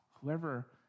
whoever